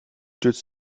stürzt